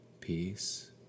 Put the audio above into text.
peace